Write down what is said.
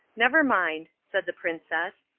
never mind, said the princess,